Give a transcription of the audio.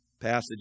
passage